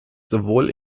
sowohl